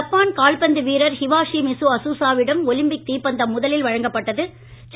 Japan கால்பந்து வீரர் ஹிவாஷி மிசு அசுசா விடம் ஒலிம்பிக் தீ பந்தம் முதலில் வழங்கப்பட்து